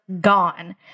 gone